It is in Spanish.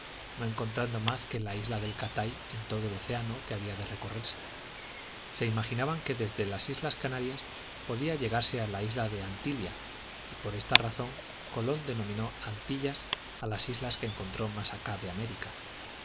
no encontrando mas que la isla del catay en todo el océano que había de recorrerse se imaginaban que desde las islas canarias podía llegarse a la isla de antilia y por esta razón colón denominó antillas a las islas que encontró más acá de américa